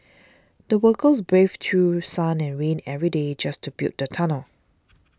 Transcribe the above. the workers braved through sun and rain every day just to build the tunnel